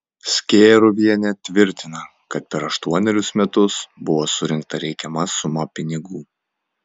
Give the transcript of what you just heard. skėruvienė tvirtina kad per aštuonerius metus buvo surinkta reikiama suma pinigų